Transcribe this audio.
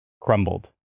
crumbled